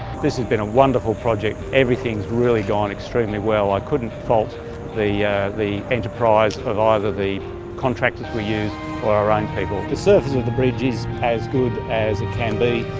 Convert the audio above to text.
this has been a wonderful project, everything has really gone extremely well i couldn't fault the the enterprise of either the contractors we you know our own people. the surface of the bridge is as good as it can be.